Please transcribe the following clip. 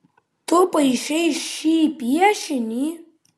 tu paišei šį piešinį